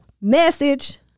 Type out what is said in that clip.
message